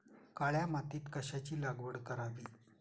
काळ्या मातीत कशाची लागवड करावी?